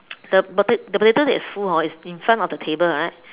the pota~ potatoes is full hor it's in front of the table right